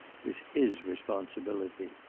was his responsibility.